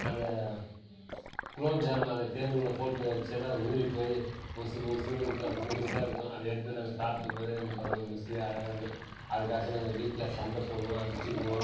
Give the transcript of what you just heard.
அத குலோப்ஜாம் அதில் தேனுக்குள்ளே போட்டு வெச்சோன்னா அது ஊறி போய் பொசுபொசுன்னு இருக்கும் அது பெருசாக இருக்கும் அது எடுத்து நாங்கள் சாப்பிடும்போது எங்களுக்கு அவ்வளோ ருசியாக அழகாக இருக்கும் அதுக்காக தான் நாங்கள் வீட்டில் சண்டை போடுவோம் அடித்துக்குவோம்